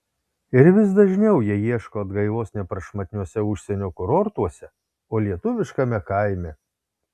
ir vis dažniau jie ieško atgaivos ne prašmatniuose užsienio kurortuose o lietuviškame kaime